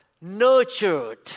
nurtured